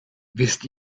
wisst